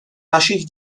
našich